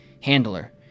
handler